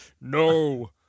No